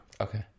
Okay